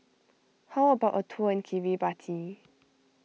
how about a tour in Kiribati